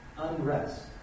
unrest